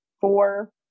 four